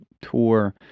tour